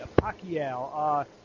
Pacquiao